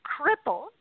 crippled